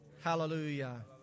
Hallelujah